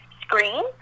screen